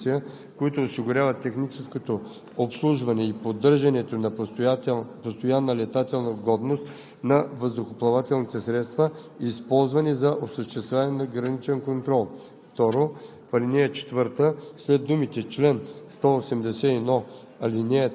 т. 6: „6. Специализирания отряд „Въздушно наблюдение“ в ГДГП, които осигуряват техническото обслужване и поддържането на постоянна летателна годност на въздухоплавателните средства, използвани за осъществяване на граничен контрол.“